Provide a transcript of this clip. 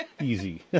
easy